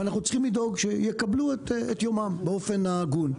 ואנחנו צריכים לדאוג שיקבלו את יומם באופן הגון.